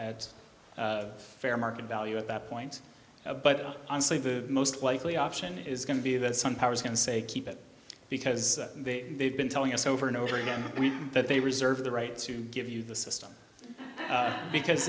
at fair market value at that point but honestly the most likely option is going to be that some power is going to say keep it because they've been telling us over and over again i mean that they reserve the right to give you the system because